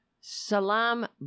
Salam